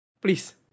please